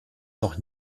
noch